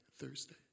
Thursday